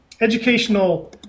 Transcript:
educational